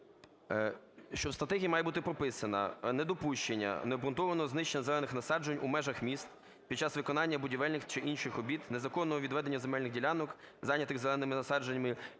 …що в стратегії має бути прописано недопущення необґрунтованого знищення зелених насаджень у межах міст під час виконання будівельних чи інших робіт, незаконного відведення земельних ділянок, занятих зеленими насадженнями,